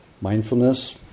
mindfulness